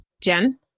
Jen